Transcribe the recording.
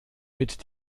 mit